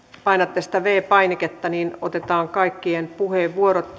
painatte sitä viides painiketta niin otetaan kaikkien puheenvuorot